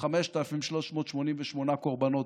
5,388 קורבנות,